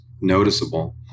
noticeable